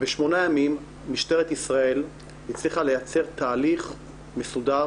בשמונה ימים משטרת ישראל הצליחה לייצר תהליך מסודר